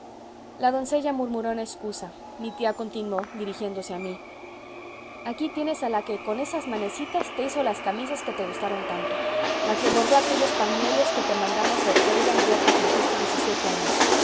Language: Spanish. la doncella murmuró una excusa mi tía continuó dirigiéndose a mí aquí tienes a la que con esas manecitas te hizo las camisas que te gustaron tanto la que bordó aquellos pañuelos que te mandamos de cuelga el día que cumpliste diez y siete años